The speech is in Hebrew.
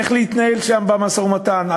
איך להתנהל שם במשא-ומתן,